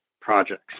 projects